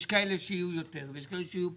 יש כאלה שיהיו יותר ויש כאלה שיהיו פחות.